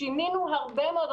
שינינו הרבה מאוד.